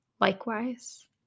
likewise